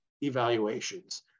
evaluations